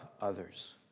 others